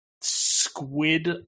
squid